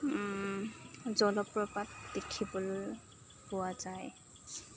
জলপ্ৰপাত দেখিবলৈ পোৱা যায়